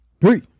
three